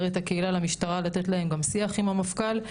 את הקהילה למשטרה ולתת גם שיח עם המפכ"ל.